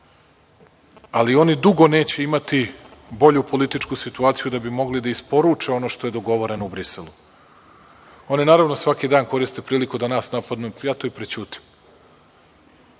ali oni dugo neće imati bolju političku situaciju da bi mogli da isporuče ono što je dogovoreno u Briselu. Oni naravno, svaki dan koriste priliku da nas napadnu, ja to i prećutim,